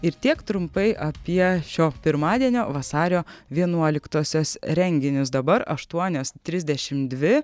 ir tiek trumpai apie šio pirmadienio vasario vienuoliktosios renginius dabar aštuonios trisdešimt dvi